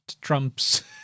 trumps